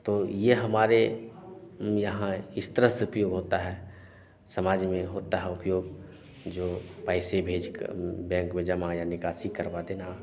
तो यह हमारे यहाँ इस तरह से उपयोग होता है समाज में होता है उपयोग जो पैसे भेजकर बैंक में जमा या निकासी करवाते ना